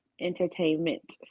entertainment